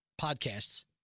podcasts